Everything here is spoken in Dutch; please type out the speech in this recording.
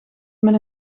met